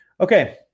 Okay